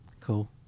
Cool